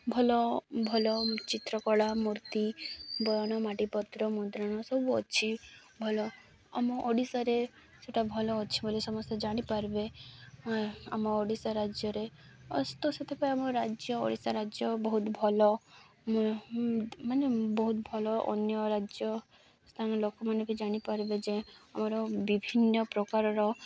ଭଲ ଭଲ ଚିତ୍ରକଳା ମୂର୍ତ୍ତି ବୟନ ମାଟିପତ୍ର ମୁଦ୍ରାଣ ସବୁ ଅଛି ଭଲ ଆମ ଓଡ଼ିଶାରେ ସେଟା ଭଲ ଅଛି ବୋଲି ସମସ୍ତେ ଜାଣିପାରିବେ ଆମ ଓଡ଼ିଶା ରାଜ୍ୟରେ ତ ସେଥିପାଇଁ ଆମ ରାଜ୍ୟ ଓଡ଼ିଶା ରାଜ୍ୟ ବହୁତ ଭଲ ମାନେ ବହୁତ ଭଲ ଅନ୍ୟ ରାଜ୍ୟ ସ୍ଥାନ ଲୋକମାନେ ବି ଜାଣିପାରିବେ ଯେ ଆମର ବିଭିନ୍ନ ପ୍ରକାରର